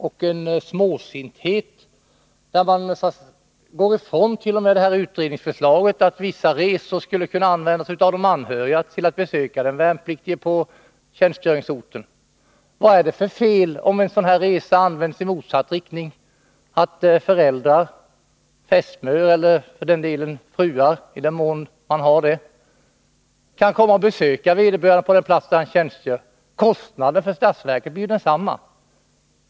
Och det tyder på småsinthet, när man går 173 ifrån utredningsförslaget att vissa resor skulle kunna få användas av de anhöriga för att besöka de värnpliktiga på tjänstgöringsorten. Vad är det för fel om en fri resa görs i motsatt riktning, dvs. att föräldrar, fästmör eller fruar —-i den mån de värnpliktiga har det — kan besöka vederbörande på den plats där han tjänstgör? Kostnaden för statsverket blir ju densamma.